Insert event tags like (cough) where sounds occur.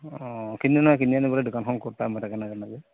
অঁ কিনি অনা কিনি আনিবলৈ দোকানখন ক'ত (unintelligible) মই তাকে নাজানাে যে